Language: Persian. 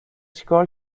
چیکار